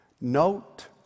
note